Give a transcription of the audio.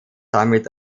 damit